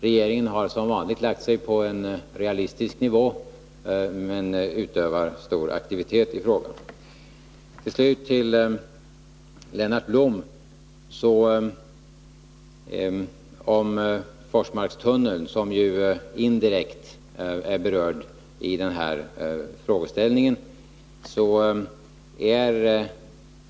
Regeringen har som vanligt lagt sig på en realistisk nivå, men utövar stor aktivitet i frågan. Så till slut några ord till Lennart Blom om Forsmarkstunneln, som ju indirekt är berörd i den fråga vi nu diskuterar.